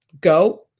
go